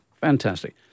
Fantastic